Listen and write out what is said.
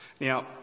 Now